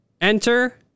Enter